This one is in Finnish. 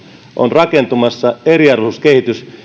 on rakentumassa eriarvoisuuskehitys